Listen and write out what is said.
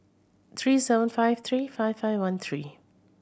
three seven five three five five one three